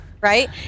Right